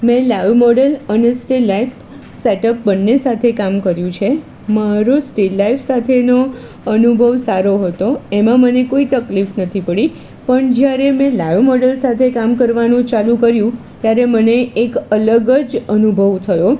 મેં live model અને Stan live setup બંને સાથે કામ કર્યું છે મારો સ્ટેન લાઈવ સાથેનો અનુભવ સારો હતો એમાં મને કોઈ તકલીફ નથી પડી પણ જ્યારે મેં લાઈવ મોડેલ સાથે કામ કરવાનું ચાલુ કર્યું ત્યારે મને એક અલગ જ અનુભવ થયો